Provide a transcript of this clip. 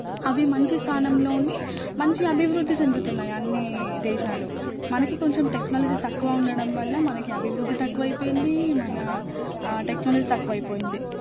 అవి మంచి స్థానంలో ఉండి మంచి అభివృద్ధి చెందుతున్నాయి అన్నీ దేశాలు మనకి కొంచెం టెక్నాలజీ తక్కువ ఉండడం వల్ల మనకి అభివృది తక్కువైపోయింది మన టెక్నాలజీ తక్కువైపోయింది